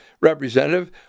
Representative